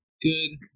Good